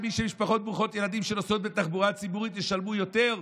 שמשפחות ברוכות ילדים שנוסעות בתחבורה ציבורית ישלמו יותר?